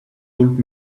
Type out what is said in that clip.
old